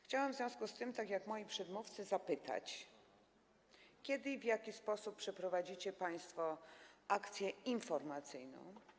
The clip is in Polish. Chciałam w związku z tym, tak jak moi przedmówcy, zapytać: Kiedy i w jaki sposób przeprowadzicie państwo akcję informacyjną?